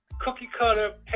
cookie-cutter